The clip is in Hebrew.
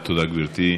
תודה, גברתי.